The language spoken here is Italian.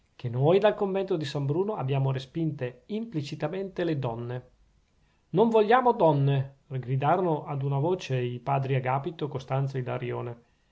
che noi dal convento di san bruno abbiamo respinte implicitamente le donne non vogliamo donne gridarono ad una voce i padri agapito costanzo